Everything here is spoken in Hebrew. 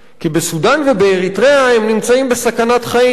כי בסודן ובאריתריאה הם נמצאים בסכנת חיים.